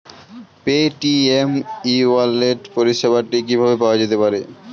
Paytm e wallet পরিষেবাটি কিভাবে পাওয়া যেতে পারে?